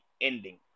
ending